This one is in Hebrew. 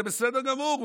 זה בסדר גמור,